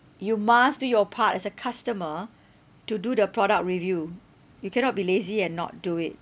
you must do your part as a customer to do the product review you cannot be lazy and not do it